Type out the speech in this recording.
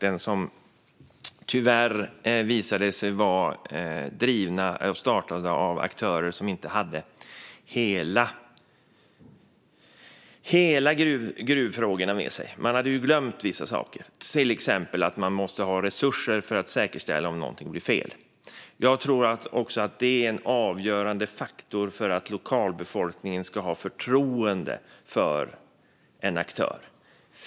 De projekten visade sig tyvärr vara startade av aktörer som inte hade hela gruvfrågorna med sig. De hade glömt vissa saker, till exempel att man måste ha resurser om någonting går fel. Jag tror att det är en avgörande faktor om lokalbefolkningen ska ha förtroende för en aktör.